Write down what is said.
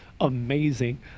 amazing